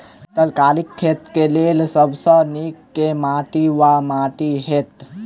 तरकारीक खेती केँ लेल सब सऽ नीक केँ माटि वा माटि हेतै?